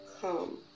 come